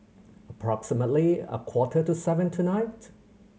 approximately a quarter to seven tonight